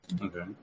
Okay